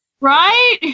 right